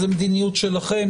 זו מדיניות שלכם,